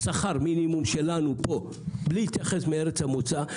שכר מינימום ישראלי כל זאת בלי להתייחס לארץ המוצא.